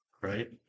right